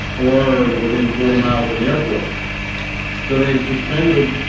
or within forty miles of an airport so they've suspended